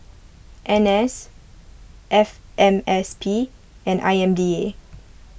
N S F M S P and I M B A